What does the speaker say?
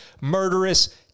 murderous